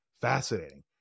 fascinating